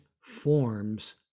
forms